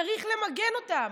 צריך למגן אותם.